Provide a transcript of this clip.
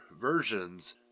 versions